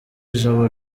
ijabo